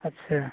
अच्छा